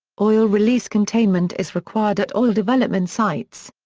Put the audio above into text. oil release containment is required at oil development sites.